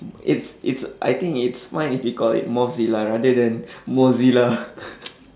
it's it's I think it's fine if you call it mothzilla rather than mozilla